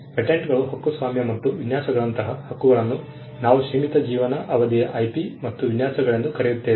ಪೇಟೆಂಟ್ಗಳು ಹಕ್ಕುಸ್ವಾಮ್ಯ ಮತ್ತು ವಿನ್ಯಾಸಗಳಂತಹ ಹಕ್ಕುಗಳನ್ನು ನಾವು ಸೀಮಿತ ಜೀವನ ಅವಧಿಯ IP ಮತ್ತು ವಿನ್ಯಾಸಗಳೆಂದು ಕರೆಯುತ್ತೇವೆ